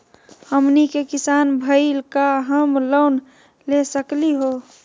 हमनी के किसान भईल, का हम लोन ले सकली हो?